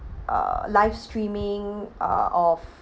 uh live streaming uh of